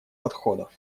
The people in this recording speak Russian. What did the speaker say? подходов